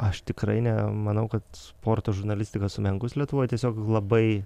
aš tikrai nemanau kad sporto žurnalistika sumenkus lietuvoj tiesiog labai